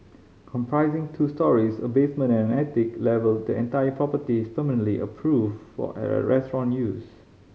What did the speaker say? comprising two storeys a basement and an attic level the entire property is permanently approved for restaurant use